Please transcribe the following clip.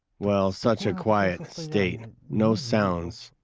well, such a quiet state, no sounds,